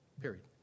Period